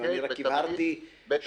אמרתי שאנחנו לא יודעים כרגע וניתן